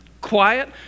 quiet